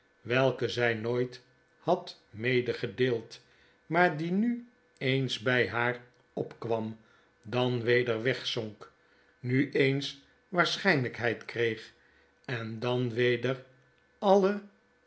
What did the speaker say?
welke zy nooit had medegedeeld maar die nu eens by haar opkwam dan weder wegzonk nu eens waarschynlykheid kreeg en dan weder alle